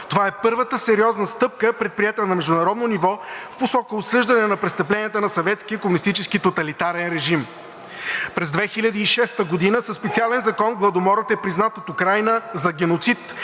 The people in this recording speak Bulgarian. Това е първата сериозна стъпка, предприета на международно ниво в посока осъждане на престъпленията на съветския комунистически тоталитарен режим. През 2006 г. със специален закон Гладомора е признат от Украйна за геноцид,